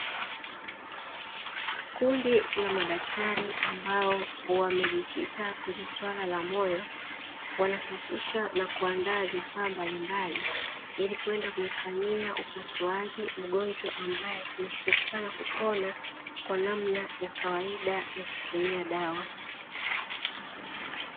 Kundi la madaktari ambao wamejikita kwenye suala la moyo, wanasafisha na kuanda vifaa mbalimbali ili kwenda kumfanyia upasuaji mgonjwa, ambaye imeshindikana kupona kwa namna ya kawaida ya kutumia dawa.